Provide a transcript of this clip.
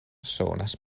sonas